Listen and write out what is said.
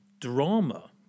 drama